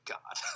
God